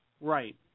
Right